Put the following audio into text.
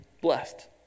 blessed